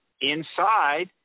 inside